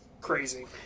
crazy